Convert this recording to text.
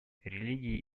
религии